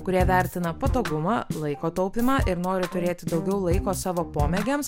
kurie vertina patogumą laiko taupymą ir nori turėti daugiau laiko savo pomėgiams